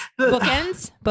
bookends